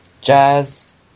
Jazz